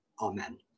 Amen